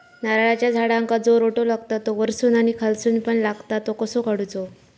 नारळाच्या झाडांका जो रोटो लागता तो वर्सून आणि खालसून पण लागता तो कसो काडूचो?